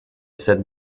cette